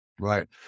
Right